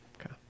okay